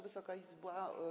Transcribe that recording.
Wysoka Izbo!